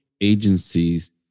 agencies